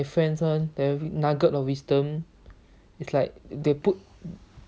my friend's one the nugget of wisdom it's like they put